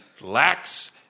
lacks